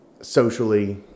socially